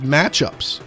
matchups